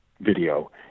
video